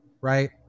right